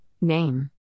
Name